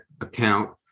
account